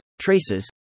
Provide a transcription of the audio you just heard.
Traces